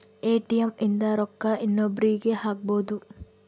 ATM ಇಂದ ರೊಕ್ಕ ಇನ್ನೊಬ್ರೀಗೆ ಹಕ್ಬೊದು